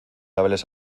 hables